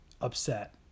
upset